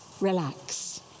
relax